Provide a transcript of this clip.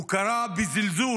הוא קרא בזלזול: